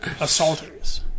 assaulters